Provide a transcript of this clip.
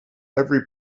every